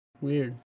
Weird